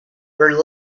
were